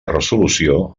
resolució